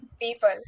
people